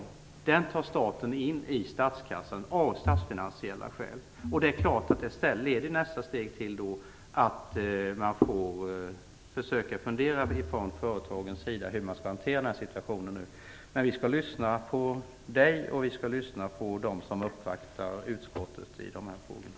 Den avgiften tar staten in i statskassan av statsfinansiella skäl. Nästa steg blir att företagen måste fundera över hur de skall hantera den här situationen. Vi skall lyssna på Marianne Andersson och på dem som uppvaktar utskottet i dessa frågor.